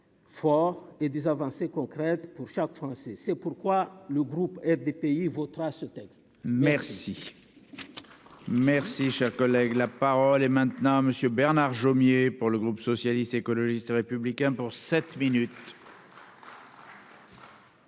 fort et des avancées concrètes pour chaque Français, c'est pourquoi le groupe des pays votera ce texte. Merci, merci, cher collègue là. Parole et maintenant Monsieur. Bernard Jomier pour le groupe socialiste, écologiste et républicain pour sept minutes.